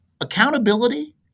Accountability